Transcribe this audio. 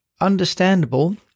understandable